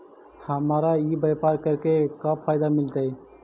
हमरा ई व्यापार करके का फायदा मिलतइ?